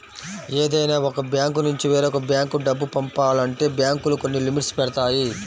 ఏదైనా ఒక బ్యాంకునుంచి వేరొక బ్యేంకు డబ్బు పంపాలంటే బ్యేంకులు కొన్ని లిమిట్స్ పెడతాయి